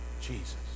Jesus